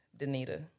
Danita